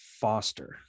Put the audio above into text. Foster